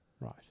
Right